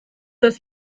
das